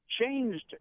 changed